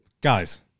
Guys